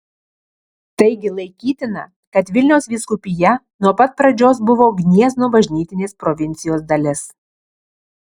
taigi laikytina kad vilniaus vyskupija nuo pat pradžios buvo gniezno bažnytinės provincijos dalis